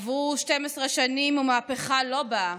עברו 12 שנים, והמהפכה לא באה.